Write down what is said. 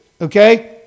Okay